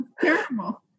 Terrible